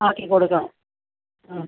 ആക്കി കൊടുക്കാം ആ